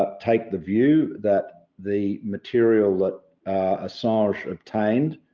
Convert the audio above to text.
ah take the view that the material that assange obtained,